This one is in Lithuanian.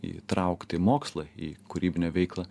įtraukti mokslą į kūrybinę veiklą